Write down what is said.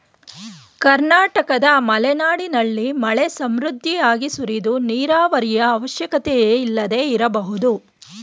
ಕರ್ನಾಟಕದ ಮಲೆನಾಡಿನಲ್ಲಿ ಮಳೆ ಸಮೃದ್ಧಿಯಾಗಿ ಸುರಿದು ನೀರಾವರಿಯ ಅವಶ್ಯಕತೆಯೇ ಇಲ್ಲದೆ ಇರಬಹುದು